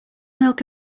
milk